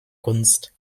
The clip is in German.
kunst